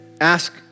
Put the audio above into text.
ask